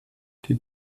die